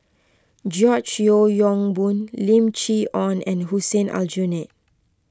George Yeo Yong Boon Lim Chee Onn and Hussein Aljunied